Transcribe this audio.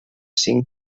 cinc